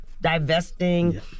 divesting